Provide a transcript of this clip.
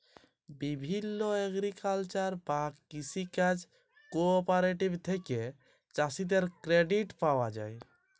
বিভিল্য এগ্রিকালচারাল বা কৃষি কাজ কোঅপারেটিভ থেক্যে চাষীদের ক্রেডিট পায়া যায়